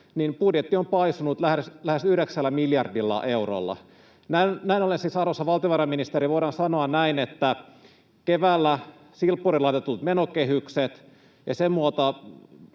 budjetti on paisunut lähes 9 miljardilla eurolla. Näin ollen siis, arvoisa valtiovarainministeri, voidaan sanoa, että keväällä silppuriin laitetut menokehykset ja sen myötä